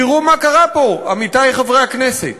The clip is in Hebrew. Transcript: תראו מה קרה פה, עמיתי חברי הכנסת,